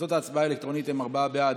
תוצאות ההצבעה האלקטרונית הן ארבעה בעד,